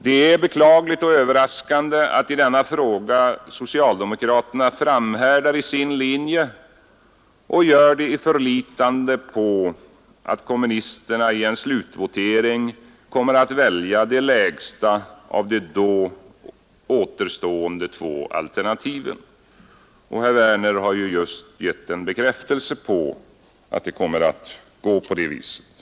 Det är beklagligt och överraskande att i denna fråga socialdemokraterna framhärdar i sin linje och gör det i förlitande på att kommunisterna i en slutvotering kommer att välja det lägsta av de då återstående två alternativen. Herr Werner i Tyresö har ju också här givit oss en bekräftelse på att det kommer att gå på det viset.